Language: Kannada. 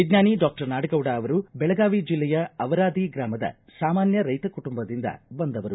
ವಿಜ್ಞಾನಿ ಡಾಕ್ಟರ್ ನಾಡಗೌಡ ಅವರು ಬೆಳಗಾವಿ ಜಿಲ್ಲೆಯ ಅವರಾದಿ ಗ್ರಾಮದ ಸಾಮಾನ್ಯ ರೈತ ಕುಟುಂಬದಿಂದ ಬಂದವರು